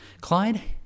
Clyde